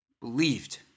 believed